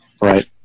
right